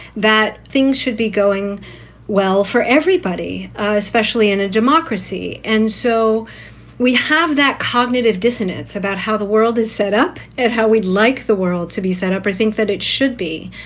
that things should be going well for everybody, especially in a democracy. and so we have that cognitive dissonance about how the world is set up and how we'd like the world to be set up. i think that it should be.